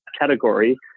category